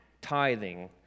tithing